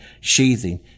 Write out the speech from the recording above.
sheathing